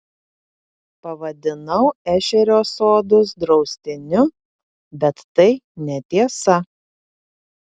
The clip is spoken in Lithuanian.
pavadinau ešerio sodus draustiniu bet tai netiesa